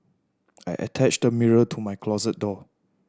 I attached a mirror to my closet door